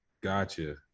gotcha